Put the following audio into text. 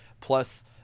plus